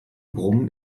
brummen